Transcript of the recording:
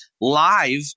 live